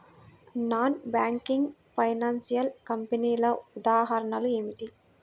Non banking financial కంపెనీల ఉదాహరణలు ఏమిటి?